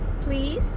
please